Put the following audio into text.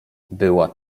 była